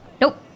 Nope